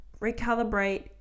recalibrate